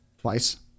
Twice